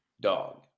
dog